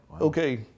Okay